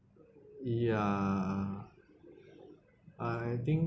ya I think